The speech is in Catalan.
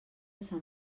sant